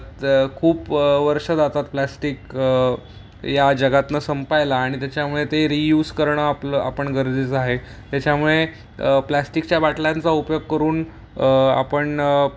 खूप वर्षं जातात प्लास्टिक या जगातून संपायला आणि त्याच्यामुळे ते रियूज करणं आपलं आपण गरजेचं आहे त्याच्यामुळे प्लॅस्टिकच्या बाटल्यांचा उपयोग करून आपण